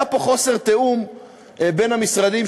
היה פה חוסר תיאום בין המשרדים,